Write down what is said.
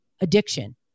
addiction